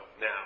Now